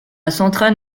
centrale